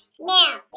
Now